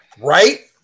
Right